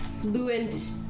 fluent